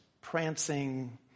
prancing